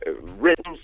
written